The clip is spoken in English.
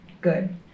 good